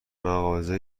مغازه